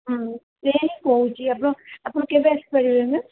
ହଁ ସେଇଆ ହିଁ କହୁଛି ଆପଣ ଆପଣ କେବେ ଆସି ପାରିବେ